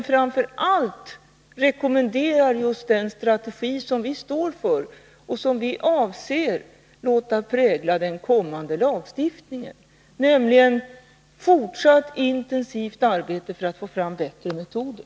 Framför allt rekommenderar den just den strategi som vi står för och som vi avser att låta prägla den kommande lagstiftningen, nämligen fortsatt intensivt arbete för att man skall få fram bättre metoder.